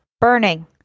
Burning